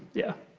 yeah.